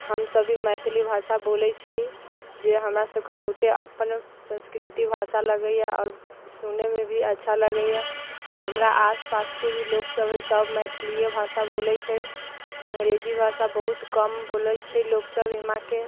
हम सभ भी मैथिली भाषा बोलै छी जे हमरा सभके बहुते अपन संस्कृति भाषा लगैया आओर सुनैमे भी अच्छा लगैया हमरा आस पासके भी लोक सभ सभ मैथलियै भाषा बोलै छै अंग्रेजी भाषा बहुत कम बोलै छै लोक सभ यहाँके